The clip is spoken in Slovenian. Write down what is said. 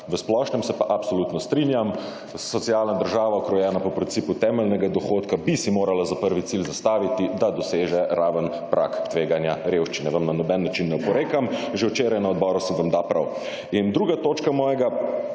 V splošnem se pa absolutno strinjam, socialna država, ukrojena po principu temeljnega dohodka, bi si morala za prvi cilj zastaviti, da doseže raven praga tveganja revščine. Vam na noben način ne oporekam, že včeraj na odboru sem vam dal prav.